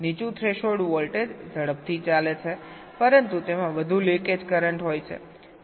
નીચું threshold voltage ઝડપથી ચાલે છે પરંતુ તેમાં વધુ લિકેજ કરંટ હોય છે